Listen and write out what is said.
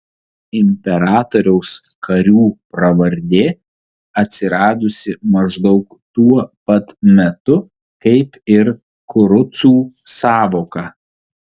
imperatoriaus karių pravardė atsiradusi maždaug tuo pat metu kaip ir kurucų sąvoka